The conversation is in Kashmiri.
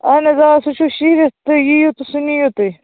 اَہَن حظ آ سُہ چھُ شیٖرِتھ تہٕ تُہۍ یِیِو تہٕ سُہ نِیو تُہۍ